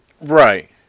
Right